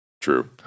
True